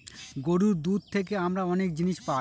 গরুর দুধ থেকে আমরা অনেক জিনিস পায়